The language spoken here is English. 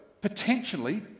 potentially